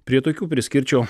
prie tokių priskirčiau